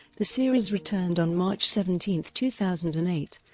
the series returned on march seventeen, two thousand and eight,